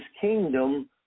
kingdom